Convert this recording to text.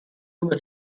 روبه